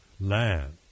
land